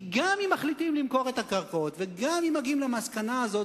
כי גם אם מחליטים למכור את הקרקעות וגם אם מגיעים למסקנה הזאת,